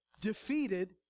defeated